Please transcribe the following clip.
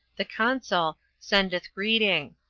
the consul, sendeth greeting.